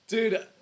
Dude